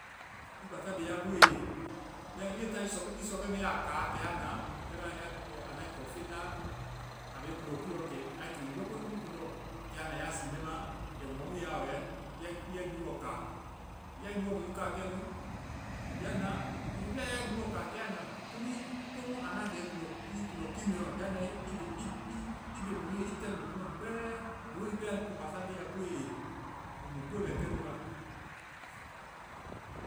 I basaa be ya booe ye. Bɛmãa i be taa-i sɔkɛ mɛ i ya kaa, kɛ ya na. Bɛmãa ya-anda i kɔ feŋda, a bɛ i kuŋndɔkiiɔ. Kɛ a to i lɔkpiŋ kuŋndɔ. Kɛ ya na ya sii bɛma kɛ mɔ mu i ya wɛ ya-ya i lúuɔ káa. Ya i lúuɔ mɛ nu káa kɛnu, ya na. Hiŋi pɛ ya i lúuɔ ka, kɛɛ, ya na. Ko mu i-ko mu anda kɛ i kuŋndɔ-i kuŋndɔkii mɛ ɔ, ya nae, i be-ib-i be mɔnu ye, i tɛluŋ mɔnu ma kpɛɛ. Mɔ be nunu pɛ, anu kuŋ basaa be ya boe ye. Komu ko bɛ kɛnu wa.